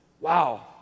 Wow